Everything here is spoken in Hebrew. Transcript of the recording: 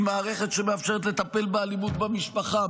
עם מערכת שמאפשרת לטפל באלימות במשפחה,